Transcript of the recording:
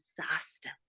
disaster